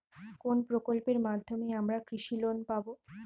কোন প্রকল্পের মাধ্যমে আমরা কৃষি লোন পাবো?